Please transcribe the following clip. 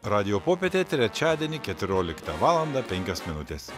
radijo popietė trečiadienį keturioliktą valandą penkios minutės